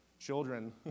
Children